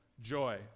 joy